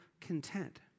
content